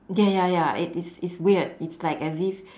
ya ya ya it is it's weird it's like as if